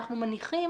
אנחנו מניחים